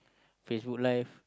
Facebook Live